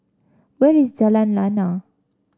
where is Jalan Lana